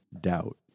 doubt